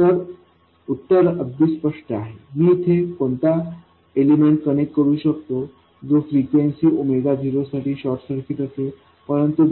तर उत्तर अगदी स्पष्ट आहे मी ईथे कोणता एलिमेंट कनेक्ट करू शकतो जो फ्रिक्वेन्सी 0साठी शॉर्ट सर्किट असेल परंतु